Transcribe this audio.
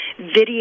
video